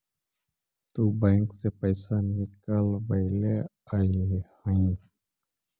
तु बैंक से पइसा निकलबएले अइअहिं